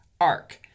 arc